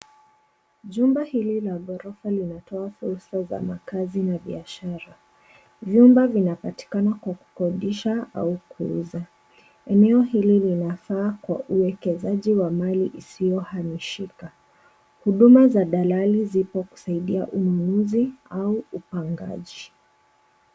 Jumba hili la ghorofa linatoa fursa za makazi na biashara. Vyumba vinapatikana kwa kukodisha au kuuza. Eneo hili linafaa kwa uwekezaji wa mali isiyohamishika. Huduma za dalali zipo kusaidia ununuzi au upangaji.